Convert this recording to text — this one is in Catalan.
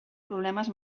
problemes